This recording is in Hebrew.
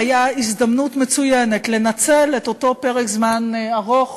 היה הזדמנות מצוינת לנצל את אותו פרק זמן ארוך